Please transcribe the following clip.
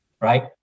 right